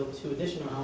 two additional